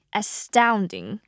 astounding